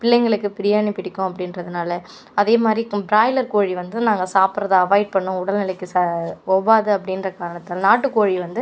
பிள்ளைங்களுக்கு பிரியாணி பிடிக்கும் அப்படின்றதுனால அதேமாதிரி ப்ராய்லர் கோழி வந்து நாங்க சாப்பிடறத அவாய்ட் பண்ணுவோம் உடல் நிலைக்கு சா ஒவ்வாது அப்படின்ற காரணத்தினால் நாட்டுக்கோழி வந்து